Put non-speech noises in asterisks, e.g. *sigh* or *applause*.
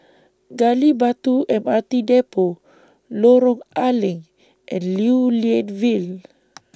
Gali Batu M R T Depot Lorong A Leng and Lew Lian Vale *noise*